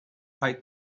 fight